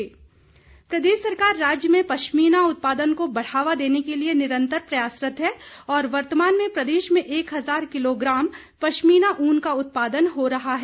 वीरेंद्र कंवर प्रदेश सरकार राज्य में पश्मीना उत्पादन को बढ़ावा देने के लिए निरंतर प्रयासरत है और वर्तमान में प्रदेश में एक हजार किलोग्राम पश्मीना ऊन का उत्पादन हो रहा है